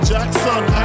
Jackson